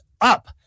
up